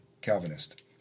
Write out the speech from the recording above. Calvinist